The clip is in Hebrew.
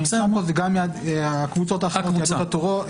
זה גם הקבוצות האחרות יהדות התורה,